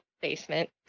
basement